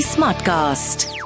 Smartcast